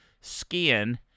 skin